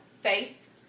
faith